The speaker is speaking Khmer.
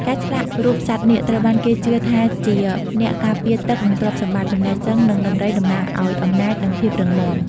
ការឆ្លាក់រូបសត្វនាគត្រូវបានគេជឿថាជាអ្នកការពារទឹក និងទ្រព្យសម្បត្តិ ចំណែកសិង្ហ និងដំរីតំណាងឱ្យអំណាច និងភាពរឹងមាំ។